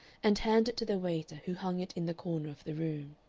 and hand it to the waiter who hung it in the corner of the room.